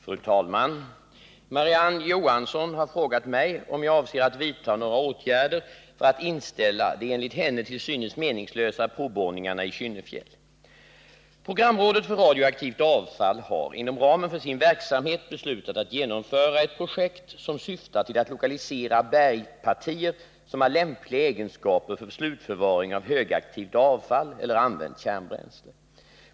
Fru talman! Marie-Ann Johansson har frågat mig om jag avser att vidta några åtgärder för att inställa de enligt henne till synes meningslösa provborrningarna i Kynnefjäll. Programrådet för radioaktivt avfall har inom ramen för sin verksamhet beslutat att genomföra ett projekt som syftar till att lokalisera bergpartier som har lämpliga egenskaper för slutförvaring av högaktivt avfall eller använt kärnbränsle.